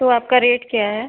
तो आपका रेट क्या है